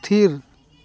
ᱛᱷᱤᱨ